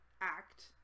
act